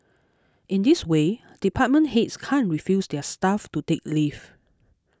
in this way department heads can't refuse their staff to take leave